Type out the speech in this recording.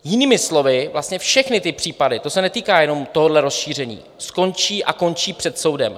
Jinými slovy, vlastně všechny ty případy to se netýká jenom tohoto rozšíření skončí a končí před soudem.